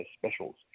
specials